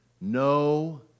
No